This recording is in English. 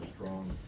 strong